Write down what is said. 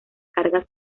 cargas